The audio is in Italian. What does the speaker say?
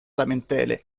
lamentele